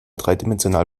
dreidimensional